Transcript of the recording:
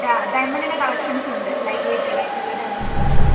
ഡാ ഡയമണ്ടിൻ്റെ കളക്ഷൻസുണ്ട് ലൈറ്റ് വെയിറ്റഡായിട്ടുള്ള ഡയമണ്ട് കളക്ഷൻ